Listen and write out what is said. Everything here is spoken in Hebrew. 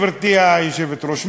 גברתי היושבת-ראש,